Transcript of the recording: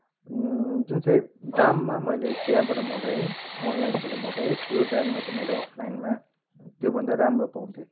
जुन चाहिँ दाममा मैले त्यहाँबाट मगाएँ अनलाइनबाट मगााएँ त्यो दाममा त मैले अफलाइनमा त्योभन्दा राम्रो पाउँथे